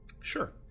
Sure